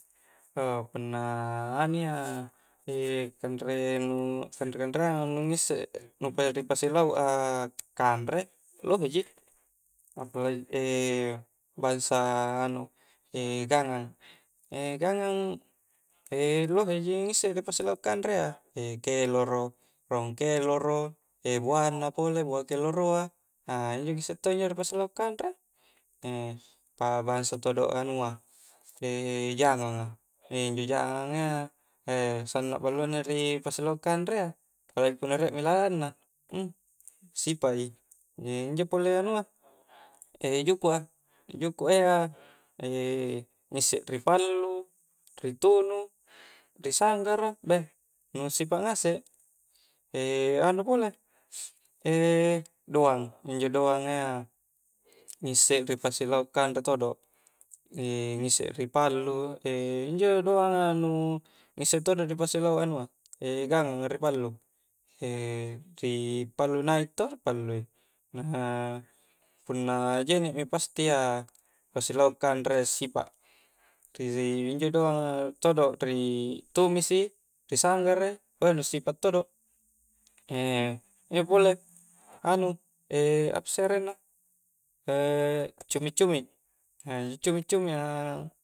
punna anu iya kanre-kanreangan nu ngissek nu pa ripasilauk a kanre loheji apalagi bangsa anu gangang, gangang lohe ji ngisse ripasilau kanre iya keloro, raung keloro buannna pole buah keloroa injo ngissek to injo ripasilau kanre pa bangsa todo anua jangang a, injo jangang a iya sanna ballo na ripasilauk kanre iya, apalagi punna riekmi ladanna, sipak i injo pole anua jukuk a, jukua ia ngissek ripallu ri tunu ri sanggara beuh nu sipak ngasek, anu pole doang, injo doanga iya ngissek ripasilauk kanre todo ngissek ri pallu, injo doang a nu ngissek todo ripasilauk anua, gangang a ri pallu, ripallu i naik to, ri pallu i na punna jene' mi pasti iya dipasilauk kanre iya assipa ri injo doanga todo' ri tumisi, risanggarai beuh nu sipa' todo injo pole anu apasse arenna cumi-cumi, injo cumi-cumi a